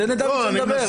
תן לדוידסון לדבר.